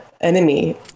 enemy